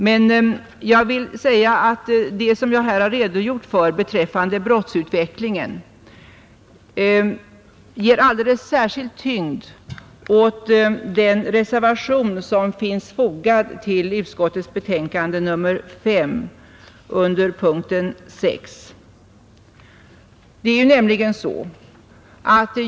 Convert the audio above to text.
Den brottsutveckling som jag här har redogjort för ger alldeles särskild tyngd åt den reservation som finns fogad till utskottets betänkande nr 5 under punkten 6.